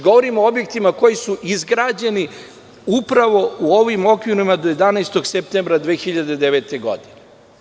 Govorim o objektima koji su izgrađeni upravo u ovim okvirima do 11. septembra 2009. godine.